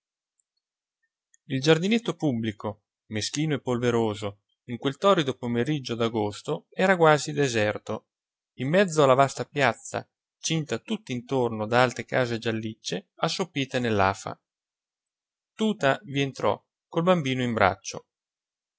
il giardinetto pubblico meschino e polveroso in quel torrido pomeriggio d'agosto era quasi deserto in mezzo alla vasta piazza cinta tutt'intorno da alte case giallicce assopite nell'afa tuta vi entrò col bambino in braccio